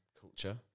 culture